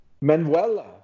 Manuela